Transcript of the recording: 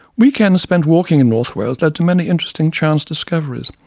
weekends spent walking in north wales led to many interesting chance discoveries.